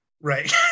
Right